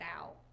out